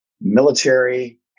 military